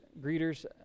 greeters